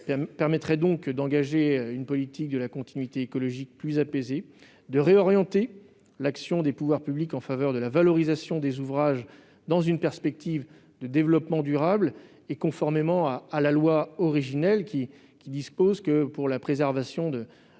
permettrait d'engager une politique de la continuité écologique plus apaisée, et de réorienter l'action des pouvoirs publics en faveur de la valorisation des ouvrages, dans une perspective de développement durable et conformément au projet de loi initial, qui dispose que la préservation des